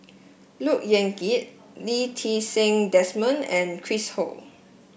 Look Yan Kit Lee Ti Seng Desmond and Chris Ho